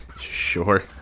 Sure